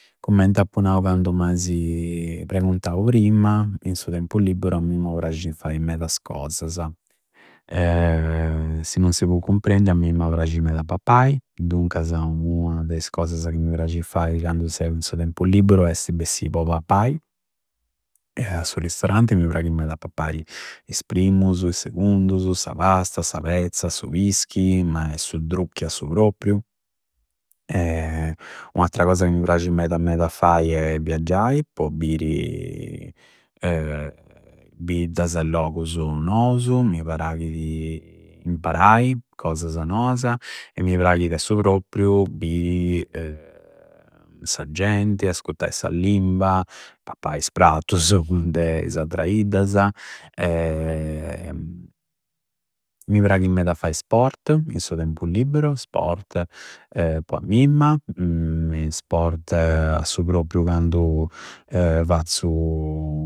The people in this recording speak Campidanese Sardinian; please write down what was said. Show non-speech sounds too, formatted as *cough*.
Commenti appu nau candu m'asi preguntau prima, in su tempu liberu a mimma prascidi fai meda cosasa. Chi non si fu cumprendiu, a mimma prasci meda pappa. Duncasa ua de is cosasa chi mi prasci fai candu seu in su tempu liberu esti bessi po pappai a su ristoranti. Mi praghi meda a pappai is primusu, is segundusu, sa pasta, sa pezza, su pischi ma su drucchi a su propriu. *hesitation* U'attra cosa ca mi prasci meda meda fai è viaggiai po biri *hesitation* biddasa e logusu nousu. Mi praghidi imparai cosasa noasa e mi praghidi a su propriu biri *hesitation* sa genti e ascuttai sa limba, pappai is prattusu de is attra iddasa. *hesitation* Mi praghi meda fai sport in su tempu liberu, sport po a mimma e sport a su propriu candu fazzu.